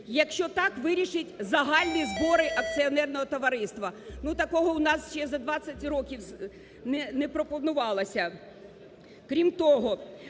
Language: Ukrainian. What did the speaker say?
якщо так вирішать загальні збори акціонерного товариства. Ну, такого у нас ще за 20 років не пропонувалось. Крім того,